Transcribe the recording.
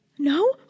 No